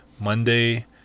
monday